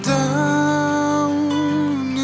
down